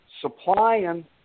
supplying